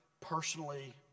personally